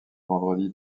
vendredi